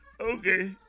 Okay